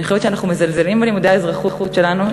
אני חושבת שאנחנו מזלזלים בלימודי האזרחות שלנו.